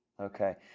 Okay